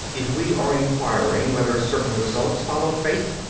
if we are inquiring whether certain results follow faith,